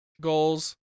goals